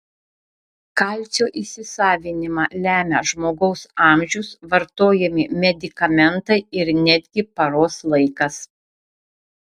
kalcio įsisavinimą lemia žmogaus amžius vartojami medikamentai ir netgi paros laikas